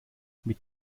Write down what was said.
mit